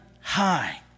high